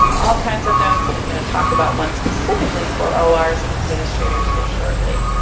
all kinds of those and i'm going to talk about one specifically for ors and administrators here shortly.